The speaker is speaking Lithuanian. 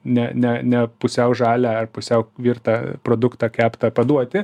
ne ne ne pusiau žalią ar pusiau virtą produktą keptą paduoti